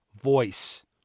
voice